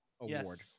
award